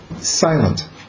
silent